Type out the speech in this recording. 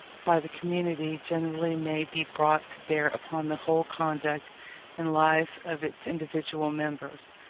by the community generally may be brought to bear upon the whole conduct and lives of its individual members,